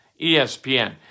ESPN